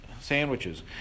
sandwiches